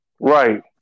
Right